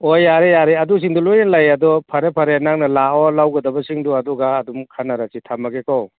ꯑꯣ ꯌꯥꯔꯦ ꯌꯥꯔꯦ ꯑꯗꯨꯁꯤꯡꯗꯨ ꯂꯣꯏꯅ ꯂꯩ ꯑꯗꯣ ꯐꯔꯦ ꯐꯔꯦ ꯅꯪꯅ ꯂꯥꯛꯑꯣ ꯂꯧꯕꯁꯤꯡꯗꯨ ꯑꯗꯨꯒ ꯑꯗꯨꯝ ꯈꯟꯅꯔꯁꯤ ꯊꯝꯃꯒꯦꯀꯣ